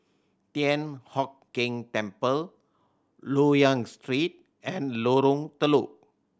Thian Hock Keng Temple Loyang Street and Lorong Telok